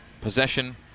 Possession